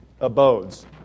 abodes